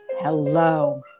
Hello